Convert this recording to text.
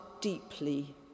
deeply